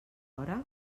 hora